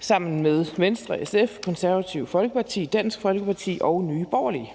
sammen med Venstre, SF, Det Konservative Folkeparti, Dansk Folkeparti og Nye Borgerlige.